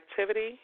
activity